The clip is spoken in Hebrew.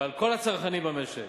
ועל כל הצרכנים במשק.